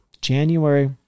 January